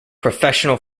professional